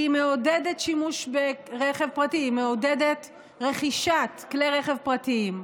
היא מעודדת שימוש ברכב פרטי והיא מעודדת רכישת כלי רכב פרטיים,